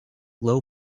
low